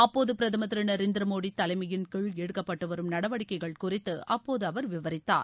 அப்போது பிரதமர் திரு நரேந்திர மோடி தலைமையின் கீழ் எடுக்கப்பட்டு வரும் நடவடிக்கைகள் குறித்து அப்போது அவர் விவரித்தார்